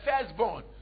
firstborn